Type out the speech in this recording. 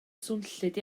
swnllyd